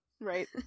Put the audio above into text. right